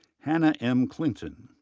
hannah m. clinton.